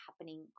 happening